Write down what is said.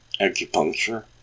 acupuncture